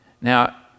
Now